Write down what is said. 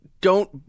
don't-